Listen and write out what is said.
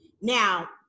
Now